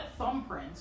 thumbprints